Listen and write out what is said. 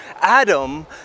adam